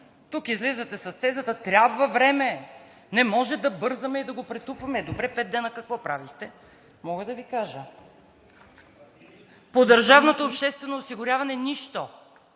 Тук излизате с тезата: трябва време, не може да бързаме и да го претупваме. Е, добре, пет дни какво правихте? Мога да Ви кажа. По държавното обществено осигуряване – нищо.